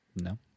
No